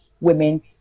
women